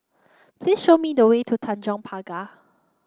please show me the way to Tanjong Pagar